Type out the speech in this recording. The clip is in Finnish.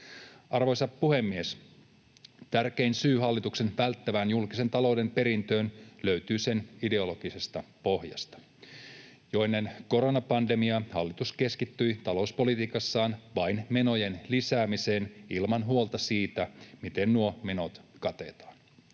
Arvoisa puhemies! Tärkein syy hallituksen välttävään julkisen talouden perintöön löytyy sen ideologisesta pohjasta. Jo ennen koronapandemiaa hallitus keskittyi talouspolitiikassaan vain menojen lisäämiseen ilman huolta siitä, miten nuo menot katetaan.